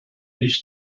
ich